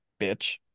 bitch